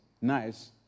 nice